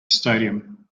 stadium